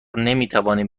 نمیتوانیم